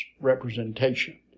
representation